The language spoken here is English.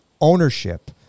ownership